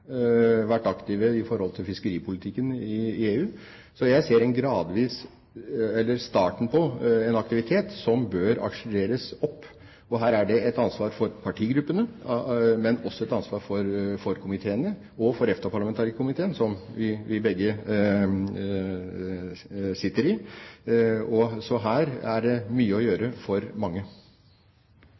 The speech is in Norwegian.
EU. Så jeg ser starten på en aktivitet som bør akselereres opp. Her er det et ansvar for partigruppene, men også et ansvar for komiteene og for EFTA-parlamentarikerkomiteen, som vi begge sitter i. Også her er det mye å gjøre for mange.